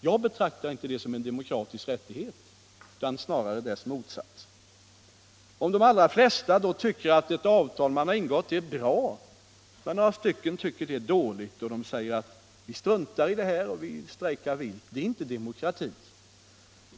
Jag betraktar inte detta som en demokratisk rättighet utan snarare som dess motsats. Om de allra flesta tycker att det avtal som man har ingått är bra och några tycker att det är dåligt och säger att vi struntar i detta och strejkar vilt, är det inte någon demokrati.